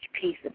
piece